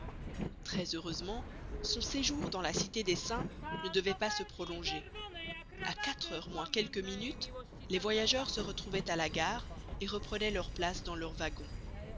très heureusement son séjour dans la cité des saints ne devait pas se prolonger a quatre heures moins quelques minutes les voyageurs se retrouvaient à la gare et reprenaient leur place dans leurs wagons